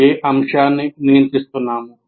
మేము ఏ అంశాన్ని నియంత్రిస్తున్నాము